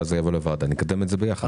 ואז זה יבוא לוועדה ונקדם את זה ביחד.